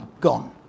Gone